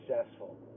successful